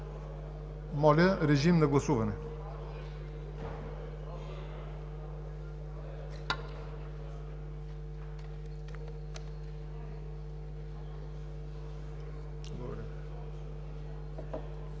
Моля, режим на гласуване